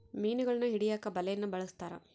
ಮೀನುಗಳನ್ನು ಹಿಡಿಯಕ ಬಲೆಯನ್ನು ಬಲಸ್ಥರ